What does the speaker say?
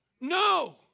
No